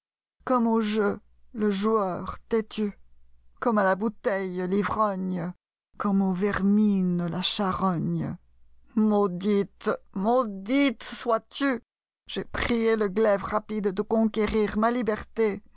comme au jeu le joueur têtu comme à la bouteille l'ivrogne comme aux vermines la charogne maudite maudite sois-tu j'ai prié le glaive rapidede conquérir ma libertéet